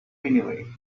anyway